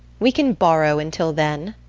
we can borrow until then.